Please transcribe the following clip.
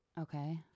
Okay